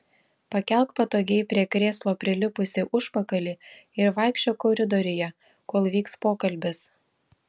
pakelk patogiai prie krėslo prilipusį užpakalį ir vaikščiok koridoriuje kol vyks pokalbis